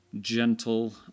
gentle